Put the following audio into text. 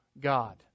God